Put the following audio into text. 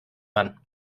man